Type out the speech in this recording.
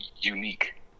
unique